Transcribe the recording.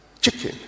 chicken